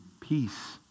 peace